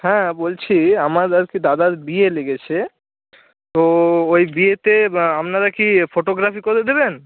হ্যাঁ বলছি আমার আর কি দাদার বিয়ে লেগেছে তো ওই বিয়েতে আপনারা কি ফটোগ্রাফি করে দেবেন